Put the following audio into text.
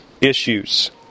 issues